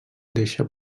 deixa